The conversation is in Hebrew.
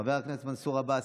חבר הכנסת עופר כסיף,